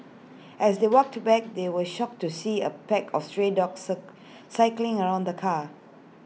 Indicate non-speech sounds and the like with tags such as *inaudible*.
as they walked to back they were shocked to see A pack of stray dogs *unintelligible* circling around the car